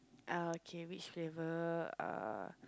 ah okay which flavour uh